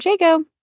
Jago